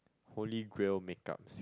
holy grail make ups